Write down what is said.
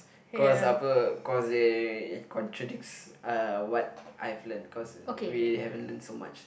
cause upper cause they contradicts uh what I've learn cause we haven't learn so much